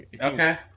Okay